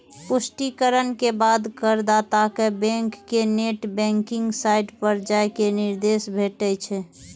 पुष्टिकरण के बाद करदाता कें बैंक के नेट बैंकिंग साइट पर जाइ के निर्देश भेटै छै